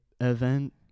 event